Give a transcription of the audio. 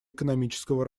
экономического